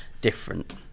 different